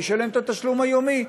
ישלם את התשלום היומי,